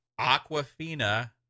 Aquafina